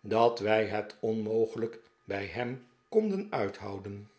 dat wij het onmogelijk bij hem konden uithouden